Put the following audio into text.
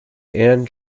and